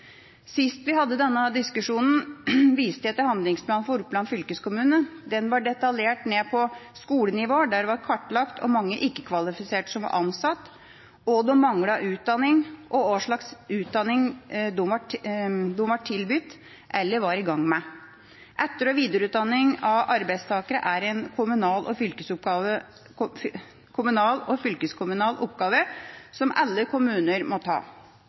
Sist vi hadde denne diskusjonen, viste jeg til handlingsplanen for Oppland fylkeskommune. Den var detaljert ned på skolenivå, der det var kartlagt hvor mange ikke-kvalifiserte som var ansatt, hva de manglet av utdanning, og hva slags utdanning de ble tilbudt eller var i gang med. Etter- og videreutdanning av arbeidstakere er en kommunal og fylkeskommunal oppgave som alle kommuner må ta.